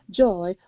joy